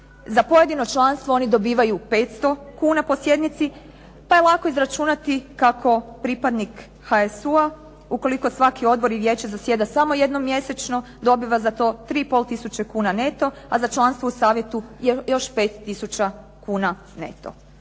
Za pojedino članstvo oni dobivaju 500 kuna po sjednici pa je lako izračunati kako pripadnik HSU-a ukoliko svaki odbor i vijeće zasjeda samo jednom mjesečno dobiva za to 3 i pol tisuće kuna neto, a za članstvo u savjetu još 5000 kuna neto.